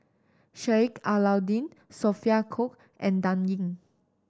Sheik Alau'ddin Sophia Cooke and Dan Ying